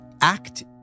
act